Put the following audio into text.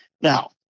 Now